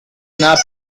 not